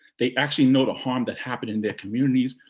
they actually know the harm that happened in their communities,